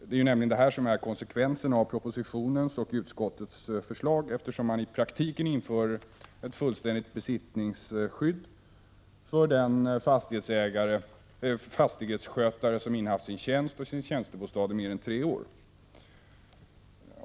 Det är nämligen detta som är konsekvensen av regeringens och utskottets förslag, eftersom det i praktiken införs ett fullständigt besittningsskydd för den fastighetsskötare som innehaft sin tjänst och sin tjänstebostad i mer än tre år.